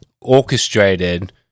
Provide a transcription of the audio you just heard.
orchestrated